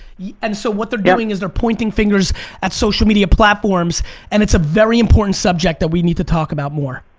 yeah and so what they're doing is they're pointing fingers at social media platforms and it's a very important subject that we need to talk about more.